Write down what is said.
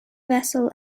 vessel